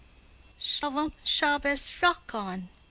shlav'm shabbes fyock on,